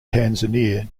tanzania